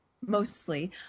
mostly